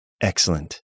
excellent